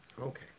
Okay